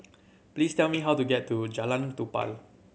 please tell me how to get to Jalan Tupai